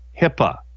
HIPAA